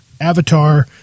Avatar